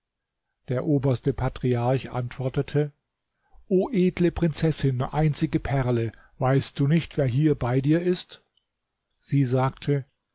der oberste patriarch antwortete o edle prinzessin einzige perle weißt du nicht wer hier bei dir ist sie sagte